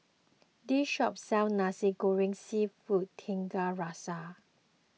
this shop sells Nasi Goreng Seafood Tiga Rasa